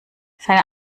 seine